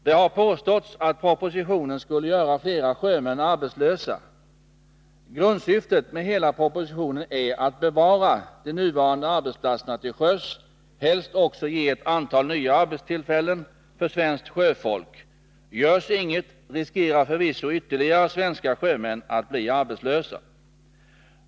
Det har påståtts att propositionen skulle göra fler sjömän arbetslösa. Grundsyftet med hela propositionen är att bevara de nuvarande arbetsplatserna till sjöss, helst också ge ett antal nya arbetstillfällen för svenskt sjöfolk. Görs inget riskerar förvisso ytterligare svenska sjömän att bli arbetslösa.